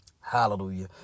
Hallelujah